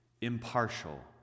impartial